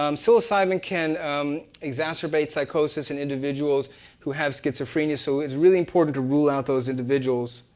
um psilocybin can exacerbate psychosis in individuals who have schizophrenia. so, it's really important to rule out those individuals,